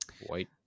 white